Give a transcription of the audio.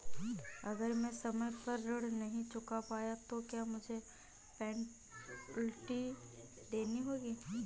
अगर मैं समय पर ऋण नहीं चुका पाया तो क्या मुझे पेनल्टी देनी होगी?